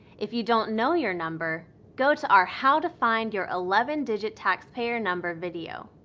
if you don't know your number, go to our how to find your eleven digit taxpayer number video.